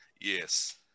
Yes